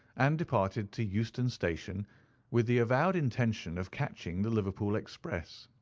and departed to euston station with the avowed intention of catching the liverpool express.